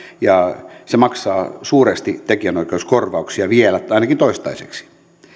ja se maksaa suuresti tekijänoikeuskorvauksia vielä ainakin toistaiseksi